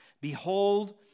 Behold